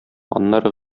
аннары